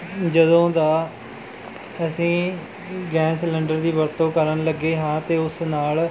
ਜਦੋਂ ਦਾ ਅਸੀਂ ਗੈਸ ਸਿਲੰਡਰ ਦੀ ਵਰਤੋਂ ਕਰਨ ਲੱਗੇ ਹਾਂ ਤਾਂ ਉਸ ਨਾਲ